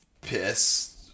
piss